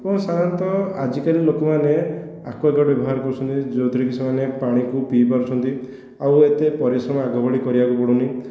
ଏବଂ ସାଧାରଣତଃ ଆଜିକାଲି ଲୋକମାନେ ଆକ୍ୱାଗାର୍ଡ଼ ବ୍ୟବହାର କରୁଛନ୍ତି ଯେଉଁଥିରେ କି ସେମାନେ ପାଣିକୁ ପିଇ ପାରୁଛନ୍ତି ଆଉ ଏତେ ପରିଶ୍ରମ ଆଗ ଭଳି କରିବାକୁ ପଡ଼ୁନି